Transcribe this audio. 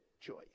choice